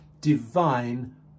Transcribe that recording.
divine